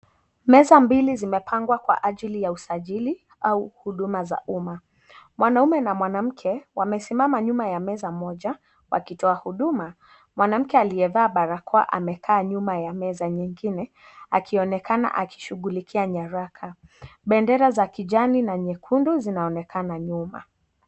Meza mbili zimepangwa kwa ajili ya usajili au huduma za uma. Mwanaume na mwanamke wamesimama nyuma ya meza moja wakitoa huduma. Mwanamke aliyevaa barakoa amekaa nyuma ya meza nyingine akionekana akishughulikia nyaraka. Bendera za kijani na nyekundu zinaonekana nyuma.